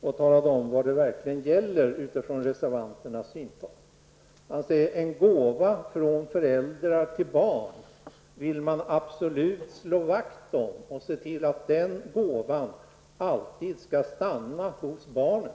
och talade om vad som verkligen gäller ur reservanternas synpunkt. Han säger att en gåva från föräldrar till barn vill man absolut slå vakt om och se till att den alltid stannar hos barnet.